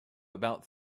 about